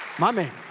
my man!